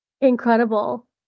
incredible